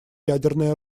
ядерное